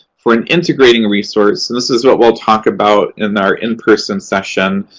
for an integrating resource, and this is what we'll talk about in our in-person session,